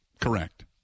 Correct